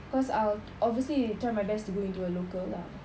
cause I'll obviously try my best to go into a local lah